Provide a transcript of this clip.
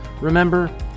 Remember